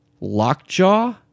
Lockjaw